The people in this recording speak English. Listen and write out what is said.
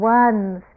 ones